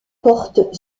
portent